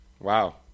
Wow